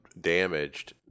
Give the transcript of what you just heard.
damaged